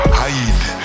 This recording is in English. hide